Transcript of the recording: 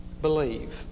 believe